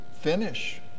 finish